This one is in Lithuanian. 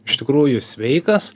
iš tikrųjų sveikas